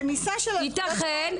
רמיסה של --- ייתכן,